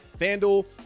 FanDuel